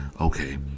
okay